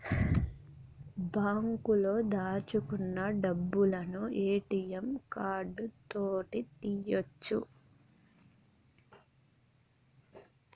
బాంకులో దాచుకున్న డబ్బులను ఏ.టి.యం కార్డు తోటి తీయ్యొచు